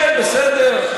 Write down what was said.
בסדר,